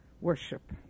Worship